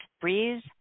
breeze